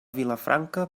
vilafranca